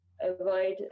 avoid